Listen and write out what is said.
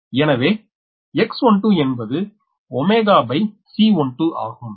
எனவே X12 என்பது 𝜔 C12 ஆகும்